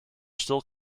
still